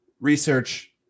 research